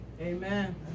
Amen